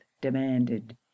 demanded